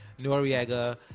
Noriega